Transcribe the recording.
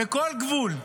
בכל גבול.